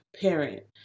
parent